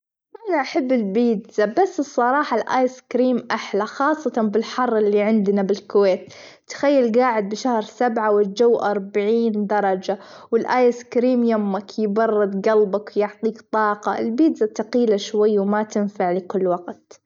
أنا أحب البيتزا، بس الصراحة الآيس كريم أحلى خاصةً بالحر اللي عندنا بالكويت، تخيل جاعد بشهر سبعة والجو أربعين درجة والآيس كريم يمك يبرد جلبك يعطيك طاقة، البيتزا تقيلة شوي وما تنفع لكل وقت.